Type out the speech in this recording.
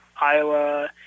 Iowa